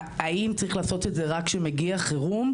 האם צריך לעשות את זה רק כשיש חירום?